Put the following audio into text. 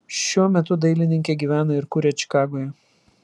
šiuo metu dailininkė gyvena ir kuria čikagoje